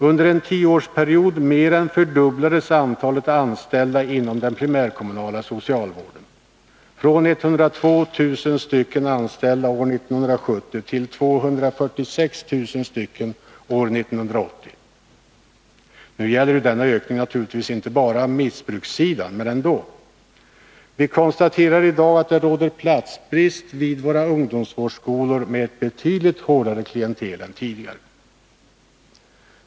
Under en tioårsperiod mer än fördubblades antalet anställda inom den primärkommunala socialvården — antalet ökade från 102 000 anställda år 1970 till 246 000 år 1980. Denna ökning gäller naturligtvis inte bara missbrukssidan, men ändå! Vi konstaterar i dag att det råder platsbrist vid våra ungdomsvårdsskolor med ett betydligt hårdare klientel än tidigare.